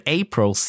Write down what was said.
april